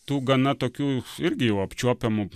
tų gana tokių irgi jau apčiuopiamų